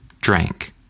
drank